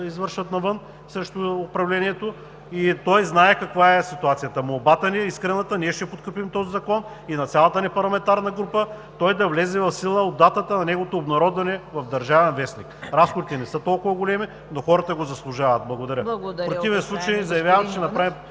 извършват навън срещу управлението и той знае каква е ситуацията. Молбата ни е искрена, ние ще подкрепим този закон, и на цялата ни парламентарна група, той да влезе в сила от датата на неговото обнародване в „Държавен вестник“. Разходите не са толкова големи, но хората го заслужават. Благодаря. В противен случай заявявам, че ще направим